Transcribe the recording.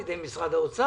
על ידי משרד האוצר,